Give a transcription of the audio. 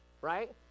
right